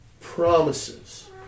promises